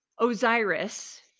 Osiris